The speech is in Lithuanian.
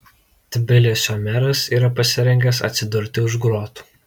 tbilisio meras yra pasirengęs atsidurti už grotų